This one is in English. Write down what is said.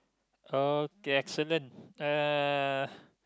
okay excellent uh